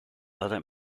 other